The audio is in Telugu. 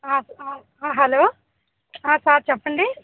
ఆ ఆ హలో ఆ సార్ చెప్పండి